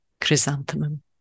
Chrysanthemum